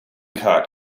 cart